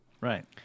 Right